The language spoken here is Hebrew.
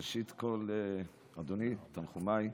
ראשית כול, אדוני, תנחומיי.